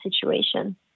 situation